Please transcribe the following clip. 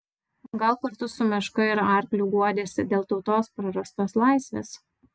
gal kartu su meška ir arkliu guodėsi dėl tautos prarastos laisvės